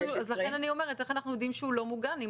לכן אני שואלת איך אנחנו יודעים שהוא לא מוגן אם